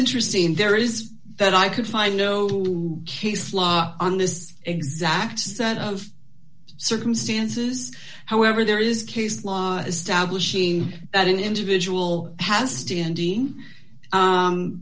interesting there is that i could find no new case law on this exact set of circumstances however there is case law establishing that an individual has standing u